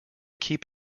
keep